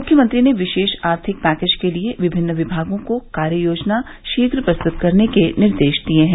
मुख्यमंत्री ने विशेष आर्थिक पैकेज के लिए विभिन्न विभागों को कार्य योजना शीघ्र प्रस्तुत करने के निर्देश दिये हैं